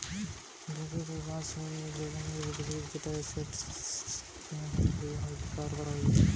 bamboo বা বাঁশ হচ্ছে এক রকমের উদ্ভিদ যেটা স্টেম হিসাবে ব্যাভার কোরা হচ্ছে